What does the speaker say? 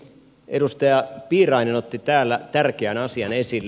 edustaja piirainen otti täällä tärkeän asian esille